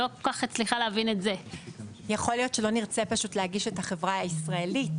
יכול להיות שפשוט לא נרצה להגיש את החברה הישראלית,